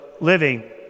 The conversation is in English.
living